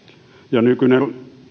nykyinen